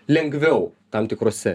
lengviau tam tikrose